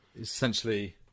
Essentially